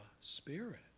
Spirit